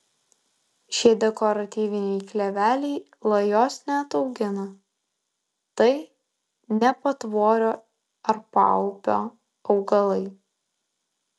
šie dekoratyviniai kleveliai lajos neataugina tai ne patvorio ar paupio augalai